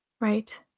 Right